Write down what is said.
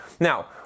Now